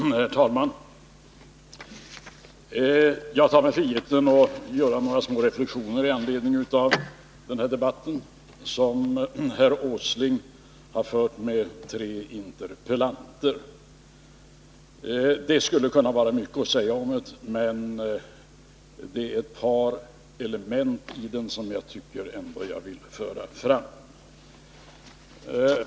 Herr talman! Jag tar mig friheten att göra några små reflexioner i anledning av den debatt som herr Åsling här fört med tre frågeställare. Det skulle kunna vara mycket att säga, men det är bara ett par element som jag ändå vill föra fram.